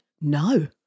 no